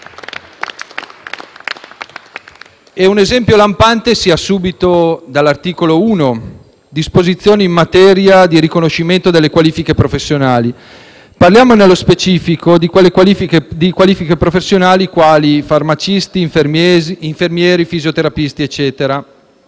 Un esempio lampante si ha subito all'articolo 1, recante «Disposizioni in materia di riconoscimento delle qualifiche professionali». Parliamo nello specifico di qualifiche professionali quali farmacisti, infermieri, fisioterapisti ed altri.